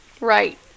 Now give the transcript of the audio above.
Right